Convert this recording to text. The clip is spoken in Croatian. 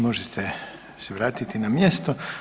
Možete se vratiti na mjesto.